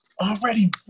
already